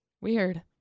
Weird